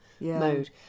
mode